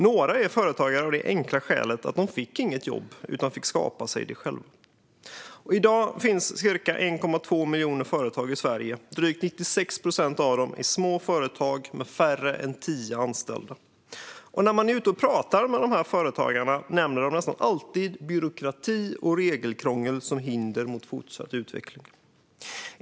Några är företagare av det enkla skälet att de inte fick något jobb utan fick skapa sig det själva. I dag finns det ca 1,2 miljoner företag i Sverige. Drygt 96 procent av dem är små företag med färre än tio anställda. När man är ute och pratar med företagarna nämner de nästan alltid byråkrati och regelkrångel som hinder för fortsatt utveckling.